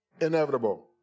Inevitable